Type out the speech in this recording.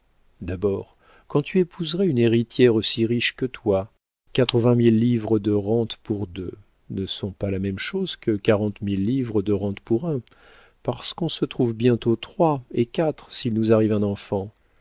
d'abord quand tu épouserais une héritière aussi riche que toi quatre-vingt mille livres de rente pour deux ne sont pas la même chose que quarante mille livres de rente pour un parce qu'on se trouve bientôt trois et quatre s'il nous arrive un enfant